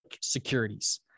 securities